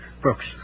Brooks